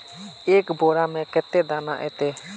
एक बोड़ा में कते दाना ऐते?